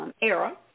era